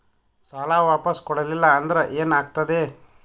ಸಾಲ ವಾಪಸ್ ಕೊಡಲಿಲ್ಲ ಅಂದ್ರ ಏನ ಆಗ್ತದೆ?